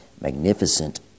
magnificent